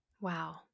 Wow